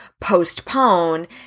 postpone